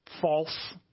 false